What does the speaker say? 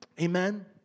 Amen